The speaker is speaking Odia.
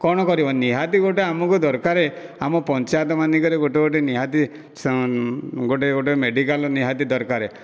କ'ଣ କରିବ ନିହାତି ଗୋଟିଏ ଆମକୁ ଦରକାର ଆମ ପଞ୍ଚାୟତ ମାନଙ୍କରେ ଗୋଟିଏ ଗୋଟିଏ ନିହାତି ଗୋଟିଏ ଗୋଟିଏ ମେଡ଼ିକାଲ ନିହାତି ଦରକାର